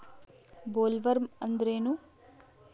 Bollworm ಅಂದ್ರೇನು?